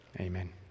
Amen